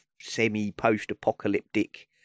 semi-post-apocalyptic